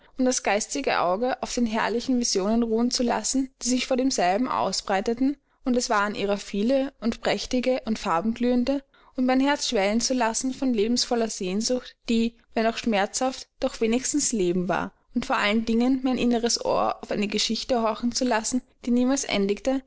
das geistige auge auf den herrlichen visionen ruhen zu lassen die sich vor demselben ausbreiteten und es waren ihrer viele und prächtige und farbenglühende und mein herz schwellen zu lassen von lebensvoller sehnsucht die wenn auch schmerzhaft doch wenigstens leben war und vor allen dingen mein inneres ohr auf eine geschichte horchen zu lassen die niemals